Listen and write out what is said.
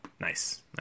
nice